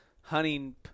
hunting